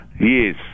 Yes